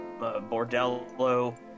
Bordello